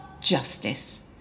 justice